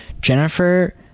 Jennifer